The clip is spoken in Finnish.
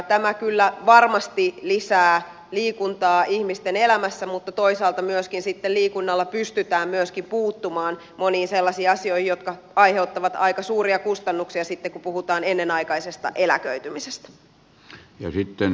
tämä kyllä varmasti lisää liikuntaa ihmisten elämässä mutta toisaalta myöskin sitten liikunnalla pystytään puuttumaan moniin sellaisiin asioihin jotka aiheuttavat aika suuria kustannuksia sitten kun puhutaan ennenaikaisesta eläköitymisestä